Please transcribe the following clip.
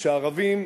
שערבים,